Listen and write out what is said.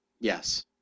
Yes